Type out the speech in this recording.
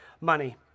money